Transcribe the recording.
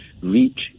reach